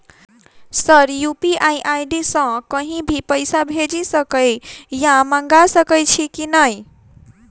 Sir UPI ID सँ कहि भी पैसा भेजि सकै या मंगा सकै छी की न ई?